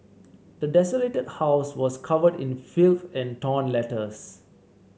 the desolated house was covered in filth and torn letters